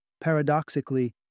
paradoxically